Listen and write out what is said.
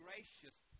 gracious